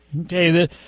Okay